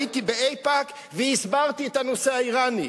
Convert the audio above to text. הייתי באיפא"ק והסברתי את הנושא האירני.